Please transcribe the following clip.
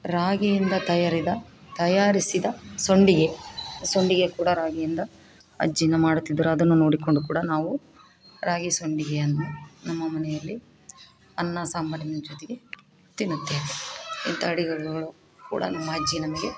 ರಾಗಿಯಿಂದ ತಯಾರಿದ ತಯಾರಿಸಿದ ಸಂಡಿಗೆ ಸಂಡ್ಗೆ ಕೂಡ ರಾಗಿಯಿಂದ ಅಜ್ಜಿನ ಮಾಡುತ್ತಿದ್ರು ಅದನ್ನು ನೋಡಿಕೊಂಡು ಕೂಡ ನಾವು ರಾಗಿ ಸಂಡಿಗೆಯನ್ನು ನಮ್ಮ ಮನೆಯಲ್ಲಿ ಅನ್ನ ಸಾಂಬಾರಿನ ಜೊತೆಗೆ ತಿನ್ನುತ್ತೇವೆ ಇಂಥ ಅಡಿಗೆಗಳು ಕೂಡ ನಮ್ಮ ಅಜ್ಜಿ ನಮಗೆ